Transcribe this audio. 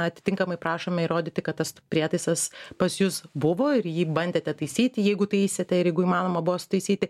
atitinkamai prašome įrodyti kad tas prietaisas pas jus buvo ir jį bandėte taisyti jeigu taisėte ir jeigu įmanoma buvo sutaisyti